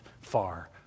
far